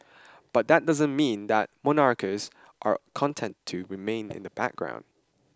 but that doesn't mean that monarchs are content to remain in the background